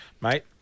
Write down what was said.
mate